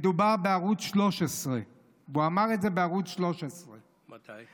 מדובר בערוץ 13. הוא אמר את זה בערוץ 13. מתי?